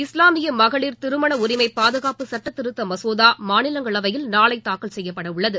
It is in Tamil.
இஸ்லாமிய மகளிர் திருமண உரிமை பாதுகாப்பு சட்டத் திருத்த ம்சோதா மாநிலங்களவையில் நாளை தாக்கல் செய்யப்படவுள்ளது